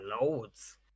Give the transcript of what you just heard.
loads